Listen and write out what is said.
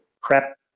prep